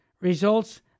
results